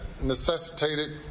necessitated